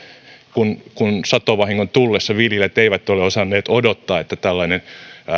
kun kun satovahingon tullessa viljelijät eivät ole osanneet odottaa että tällainen